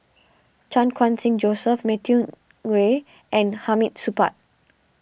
Chan Khun Sing Joseph Matthew Ngui and Hamid Supaat